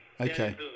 Okay